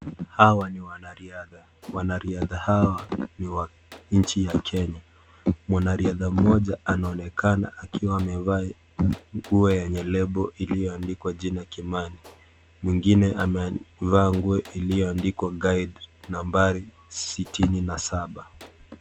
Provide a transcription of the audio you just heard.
Hawa ni wanariada. Wanariada hawa ni wa nchi ya Kenya. mwananariada mmoja anonekana akiwa amevaa nguo yenye lebo iliandiwa jina kimani, mwingine amevaa nguo iliandikwa guide nambari sitini na saba.